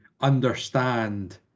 understand